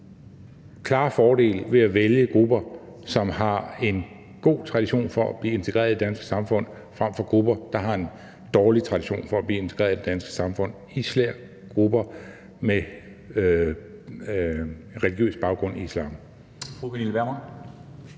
klare fordele ved at vælge grupper, som har en god tradition for at blive integreret i det danske samfund, frem for grupper, der har en dårlig tradition for at blive integreret i det danske samfund, herunder især grupper med en religiøs baggrund i islam.